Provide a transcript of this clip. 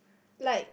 like